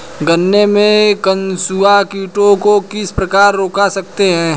गन्ने में कंसुआ कीटों को किस प्रकार रोक सकते हैं?